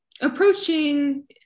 approaching